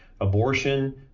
abortion